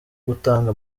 gutanga